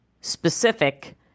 specific